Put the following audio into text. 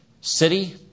city